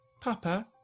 Papa